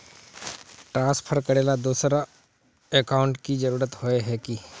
Transfer करेला दोसर account की जरुरत होय है की?